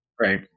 Right